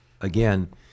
again